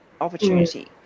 opportunity